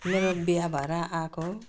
मेरो बिहा भएर आएको